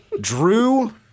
Drew